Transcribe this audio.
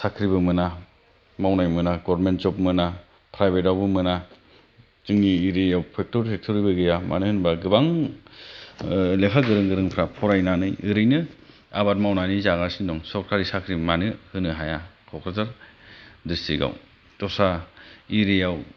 साख्रिबो मोना मावनाय मोना गभार्नमेन्त जब मोना प्राइभेटावबो मोना जोंनि एरियायाव फेकत'रिबो गैया मानो होनब्ला गोबां लेखा गोरों गोरोंफ्रा फरायनानै ओरैनो आबाद मावनानै जागासिनो दं सरकारि साख्रि मानो होनोहाय क'क्राझार डिसट्रिकआव दस्रा एरियायाव जेरै